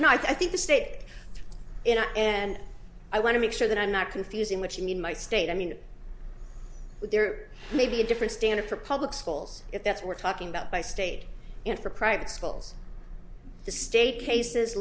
and i think the state and i want to make sure that i'm not confusing what you mean my state i mean there may be a different standard for public schools if that's we're talking about by state in for private schools the state cases